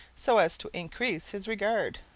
so as to increase his regard.